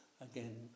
again